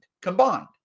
combined